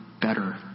better